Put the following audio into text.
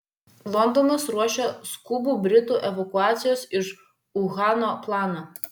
londonas ruošia skubų britų evakuacijos iš uhano planą